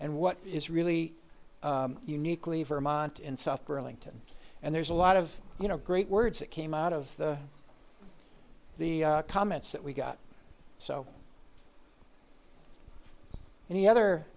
and what is really uniquely vermont in south burlington and there's a lot of you know great words that came out of the comments that we got so many other